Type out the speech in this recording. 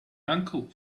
uncle